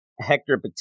Hector